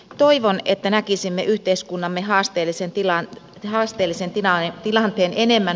toivon että näkisimme yhteiskuntamme haasteellisen tilanteen enemmän mahdollisuutena